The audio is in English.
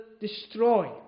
destroy